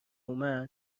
اومد